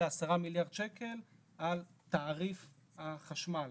לעשרה מיליארד שקלים על תעריף החשמל.